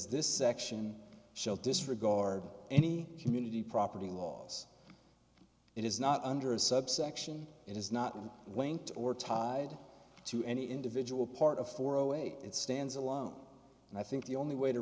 this section shall disregard any community property laws it is not under a subsection it is not an linked or tied to any individual part of for away it stands alone and i think the only way to